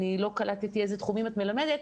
אני לא קלטתי איזה תחומים את מלמדת,